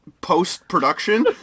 post-production